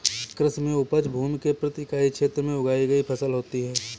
कृषि में उपज भूमि के प्रति इकाई क्षेत्र में उगाई गई फसल होती है